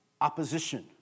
opposition